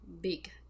big